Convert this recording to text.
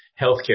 healthcare